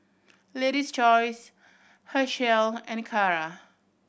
Lady's Choice Herschel and Kara